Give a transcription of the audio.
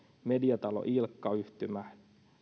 mediatalo ilkka yhtymä